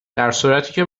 درصورتیکه